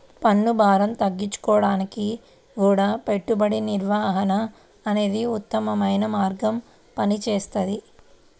పన్నుభారం తగ్గించుకోడానికి గూడా పెట్టుబడి నిర్వహణ అనేదే ఉత్తమమైన మార్గంగా పనిచేస్తది